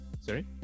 sorry